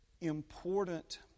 important